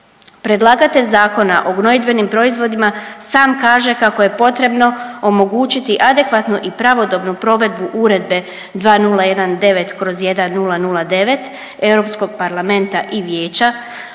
Predlagatelj Zakona o gnojidbenim proizvodima sam kaže kako je potrebno omogućiti adekvatno i pravodobno provedbu Uredbe 2019/1109 Europskog parlamenta i vijeća